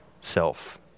self